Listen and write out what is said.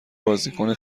بازیکن